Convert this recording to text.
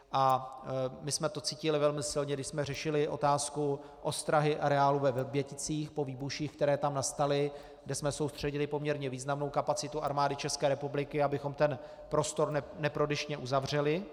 A my jsme to cítili velmi silně, když jsme řešili otázku ostrahy areálu ve Vrběticích po výbuších, které tam nastaly, kde jsme soustředili poměrně významnou kapacitu Armády České republiky, abychom ten prostor neprodyšně uzavřeli.